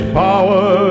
power